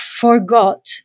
forgot